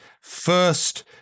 first